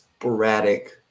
sporadic